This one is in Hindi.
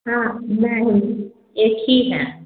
हाँ मैं हूँ एक ही है